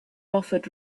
offered